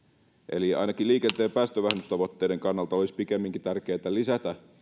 eli ainakin liikenteen päästövähennystavoitteiden kannalta olisi pikemminkin tärkeätä lisätä